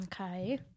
Okay